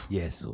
yes